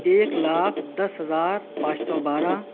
ایک لاکھ دس ہزار پانچ سو بارہ